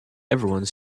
everyone